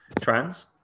trans